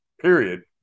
period